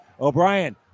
O'Brien